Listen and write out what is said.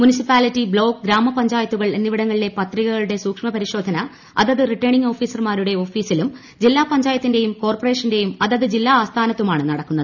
മുക്യിക്ക്പ്പാലിറ്റി block ഗ്രാമപഞ്ചായ ത്തുകൾ എന്നിവിടങ്ങ്ളീളില്ല പത്രികകളുടെ സൂക്ഷ്മ പരിശോധന അതത് റിട്ടേണിംഗ് ഓഫ്ീസർമാരുടെ ഓഫീസിലും ജില്ലാ പഞ്ചായത്തിന്റെയും കോർപ്പറേഷന്റെയും അതത് ജില്ലാ ആസ്ഥാനത്തുമാണ് നടക്കുന്നത്